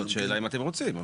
זאת שאלה אם אתם רוצים.